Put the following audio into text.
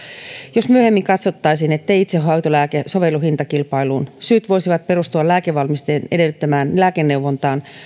jos myöhemmin katsottaisiin ettei itsehoitolääke sovellu hintakilpailuun syyt voisivat perustua lääkevalmisteen edellyttämään lääkeneuvontaan